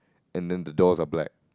and then the doors are black